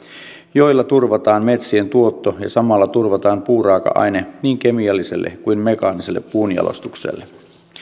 joilla turvataan metsien tuotto ja samalla puuraaka aine niin kemialliselle kuin mekaaniselle puunjalostukselle